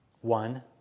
One